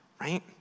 Right